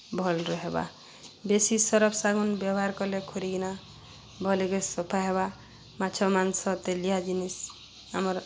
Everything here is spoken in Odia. ଭଲ୍ ରହେବା ବେଶୀ ସରଫ୍ ସାଗୁନ୍ ବ୍ୟବହାର୍ କଲେ ଖୁରିଗିନା ଭଲ୍ ହେଇକି ସଫା ହେବା ମାଛ ମାଂସ ତେଲିଆ ଜିନିଷ୍ ଆମର୍